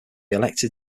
elected